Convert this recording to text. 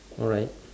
alright